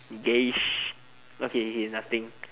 okay okay nothing